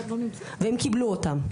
והם קיבלו אותם.